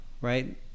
right